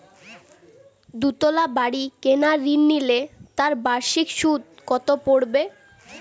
দুতলা বাড়ী কেনার ঋণ নিলে তার বার্ষিক সুদ কত পড়বে?